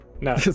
No